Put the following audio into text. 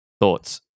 Thoughts